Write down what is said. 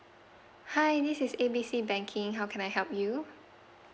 hi this is A B C banking how can I help you